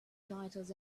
titles